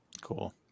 Cool